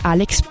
Alex